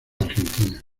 argentina